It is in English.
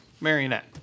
Marionette